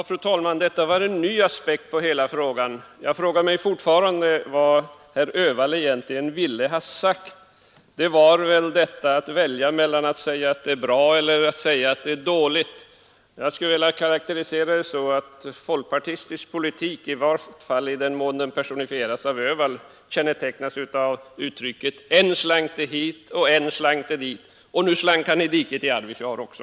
Fru talman! Detta var en ny aspekt på hela frågan. Jag frågar mig fortfarande vad herr Öhvall egentligen ville ha sagt i valet mellan att säga att det är bra och att säga att det är dåligt. Jag skulle vilja karakterisera det så, att folkpartistisk politik, i varje fall i den mån den personifieras av herr Öhvall, kännetecknas av uttryckssättet: Än slank han hit och än slank han dit — och nu slank han i diket i Arvidsjaur också.